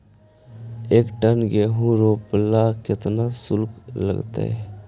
एक टन गेहूं रोपेला केतना शुल्क लगतई?